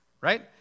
Right